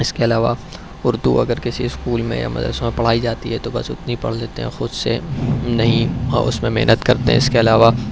اس کے علاوہ اردو اگر کسی اسکول میں یا مدرسوں میں پڑھائی جاتی ہے تو بس اتنی پڑھ لیتے ہیں خود سے نہ ہی اور اس میں محنت کرتے ہیں اس کے علاوہ